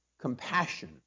compassion